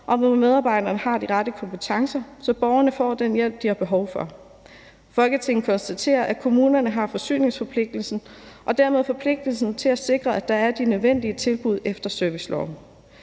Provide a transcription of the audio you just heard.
hvor medarbejderne har de rette kompetencer, så borgerne får den hjælp, de har behov for. Folketinget konstaterer, at kommunerne har forsyningsforpligtelsen og dermed forpligtelsen til at sikre, at der er de nødvendige tilbud efter serviceloven.